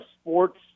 sports